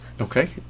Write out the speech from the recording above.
okay